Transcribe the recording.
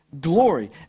glory